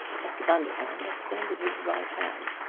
mr. bundercombe extended his right hand.